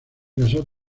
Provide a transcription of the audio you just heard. casó